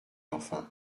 enfin